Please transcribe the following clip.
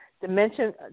Dimension